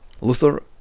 Luther